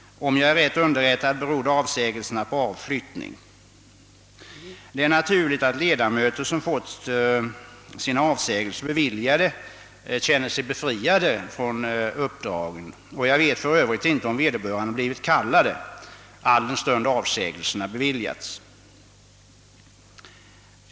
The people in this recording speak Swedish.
Om jag är rätt underrättad berodde avsägelserna på avflyttning, och det är naturligt att ledamöter som alltså fått sina avsägelser beviljade känner sig befriade från uppdragen. Jag vet för övrigt inte om vederbörande ens blivit kallade till några sammanträden eftersom avsägelserna hade beviljats.